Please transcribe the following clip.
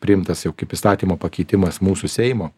priimtas jau kaip įstatymo pakeitimas mūsų seimo